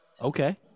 Okay